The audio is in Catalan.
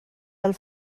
del